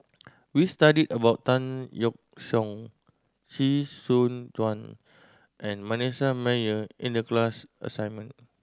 we studied about Tan Yeok Seong Chee Soon Juan and Manasseh Meyer in the class assignment